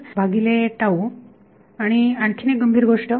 तर हे असेल भागिले आणि आणखीन एक गंभीर गोष्ट